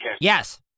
Yes